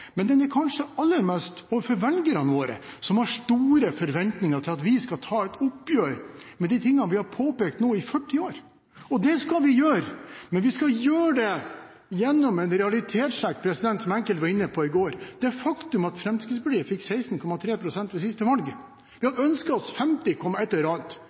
kanskje aller mest gjeldende overfor velgerne våre, som har store forventninger til at vi skal ta et oppgjør med alt det vi har påpekt i 40 år nå. Og det skal vi gjøre, men vi skal gjøre det gjennom en realitetssjekk, som enkelte var inne på i går: det faktum at Fremskrittspartiet fikk 16,3 pst. oppslutning ved siste valg. Vi hadde ønsket oss femti komma